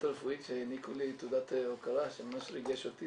הרפואית שהעניקו לי תעודת הוקרה שממש ריגש אותי,